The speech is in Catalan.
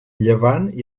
llevant